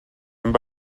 amb